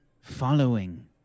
Following